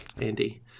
Andy